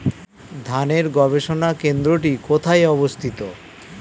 ধানের গবষণা কেন্দ্রটি কোথায় অবস্থিত?